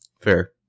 Fair